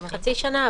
חלק חצי שנה,